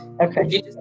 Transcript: Okay